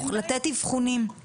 נעשה אבחון בכיתה י',